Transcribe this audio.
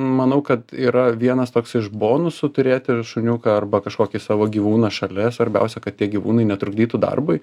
manau kad yra vienas toks iš bonusų turėti šuniuką arba kažkokį savo gyvūną šalia svarbiausia kad tie gyvūnai netrukdytų darbui